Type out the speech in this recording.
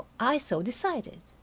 i so decided.